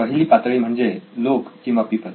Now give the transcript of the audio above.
पहिली पातळी म्हणजे लोक किंवा पीपल